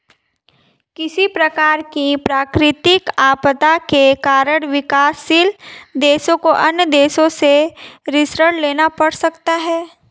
किसी प्रकार की प्राकृतिक आपदा के कारण विकासशील देशों को अन्य देशों से ऋण लेना पड़ सकता है